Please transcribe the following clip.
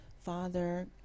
Father